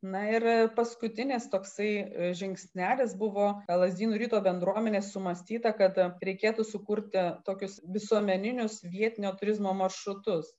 na ir paskutinis toksai žingsnelis buvo lazdynų ryto bendruomenės sumąstyta kad reikėtų sukurti tokius visuomeninius vietinio turizmo maršrutus